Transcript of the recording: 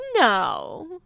No